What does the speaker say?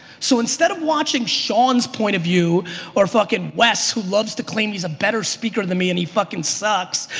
so instead of watching sean's point of view or fuckin' wes who loves to claim he's a better speaker than me and he fuckin' sucks.